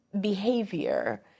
behavior